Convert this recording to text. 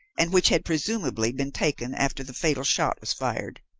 and which had presumably been taken after the fatal shot was fired.